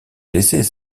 décès